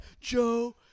Joe